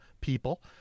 people